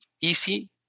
easy